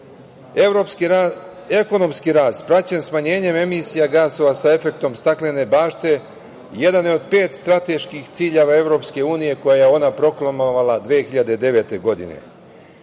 EU.Ekonomski rast, praćen smanjenjem emisija gasova sa efektom staklene bašte, jedan je od pet strateških ciljeva EU koje je ona proklamovala 2009. godine